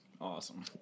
Awesome